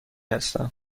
هستم